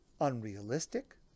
unrealistic